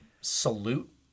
salute